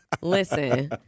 Listen